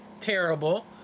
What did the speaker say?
terrible